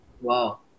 Wow